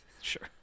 Sure